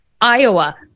Iowa